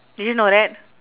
did you know that